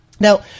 Now